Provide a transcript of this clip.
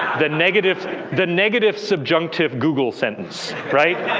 the negative the negative subjunctive google sentence, right.